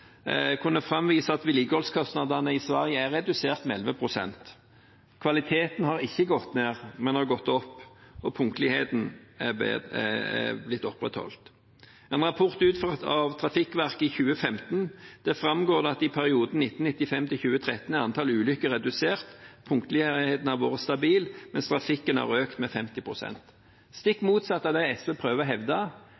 kunne framvise at vedlikeholdskostnadene i Sverige er redusert med 11 pst. Kvaliteten har ikke gått ned, men opp, og punktligheten har blitt opprettholdt. I en rapport utført av Trafikverket i 2015 framgår det at i perioden 1995–2013 er antallet ulykker redusert, punktligheten har vært stabil, mens trafikken har økt med 50 pst. – stikk